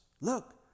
Look